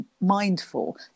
mindful